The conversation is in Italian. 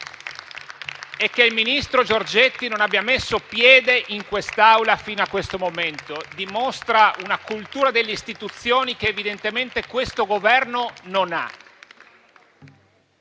e che il ministro Giorgetti non abbia messo piede in quest'Aula fino a questo momento. Ciò dimostra una cultura delle istituzioni che, evidentemente, questo Governo non ha.